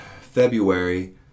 February